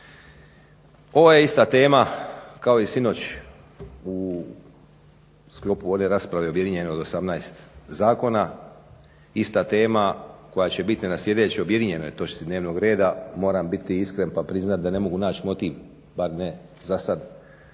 Ovo je ista tema kao i sinoć u sklopu one rasprave objedinjene od 18 zakona. ista tema koja će biti na sljedećoj objedinjenoj točci dnevnog reda, moram biti iskren pa priznati da ne mogu naći motiv bar ne za sada